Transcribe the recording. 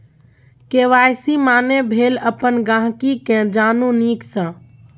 KYC माने भेल अपन गांहिकी केँ जानु नीक सँ